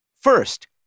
First